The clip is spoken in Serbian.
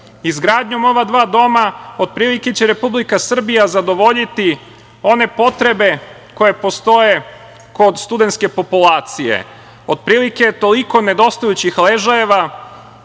studenata. Izgradnjom ova dva doma, od prilike će Republika Srbija zadovoljiti one potrebe koje postoje kod studentske populacije. Od prilike toliko nedostajućih ležajeva,